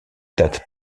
date